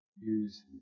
use